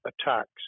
attacks